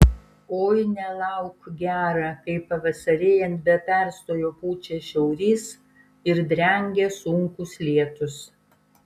oi nelauk gera kai pavasarėjant be perstojo pučia šiaurys ir drengia sunkūs lietūs